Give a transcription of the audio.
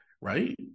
right